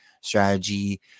strategy